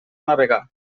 navegar